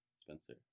Spencer